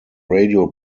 radio